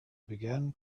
began